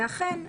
ואכן,